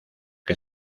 que